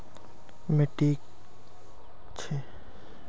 किस मिट्टी को कपास की मिट्टी के रूप में जाना जाता है?